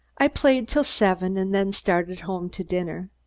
i played till seven and then started home to dinner.